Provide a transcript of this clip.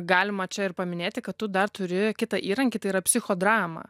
galima čia ir paminėti kad tu dar turi kitą įrankį tai yra psichodramą